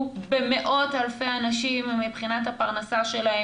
במאות אלפי אנשים מבחינת הפרנסה שלהם,